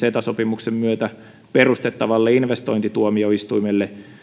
ceta sopimuksen myötä perustettavalle investointituomioistuimelle